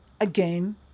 again